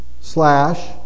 slash